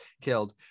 killed